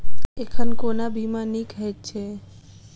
एखन कोना बीमा नीक हएत छै?